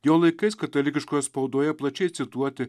jo laikais katalikiškoje spaudoje plačiai cituoti